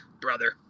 brother